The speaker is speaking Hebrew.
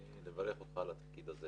אני מברך אותך על התפקיד הזה